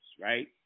right